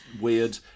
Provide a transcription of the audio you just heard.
weird